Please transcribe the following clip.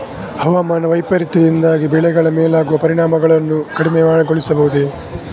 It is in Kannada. ಹವಾಮಾನ ವೈಪರೀತ್ಯದಿಂದಾಗಿ ಬೆಳೆಗಳ ಮೇಲಾಗುವ ಪರಿಣಾಮವನ್ನು ಕಡಿಮೆಗೊಳಿಸಬಹುದೇ?